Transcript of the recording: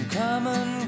common